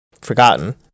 forgotten